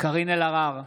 קארין אלהרר,